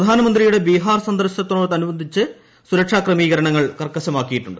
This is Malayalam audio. പ്രധാനമന്ത്രിയുടെ ബീഹാർ സന്ദർശനത്തോടനുബന്ധിച്ച് സുരക്ഷാ ക്രമീകരണങ്ങൾ കർക്കശമാക്കിയിട്ടുണ്ട്